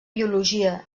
biologia